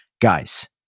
Guys